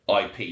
IP